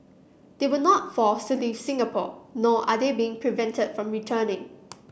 they were not forced to leave Singapore nor are they being prevented from returning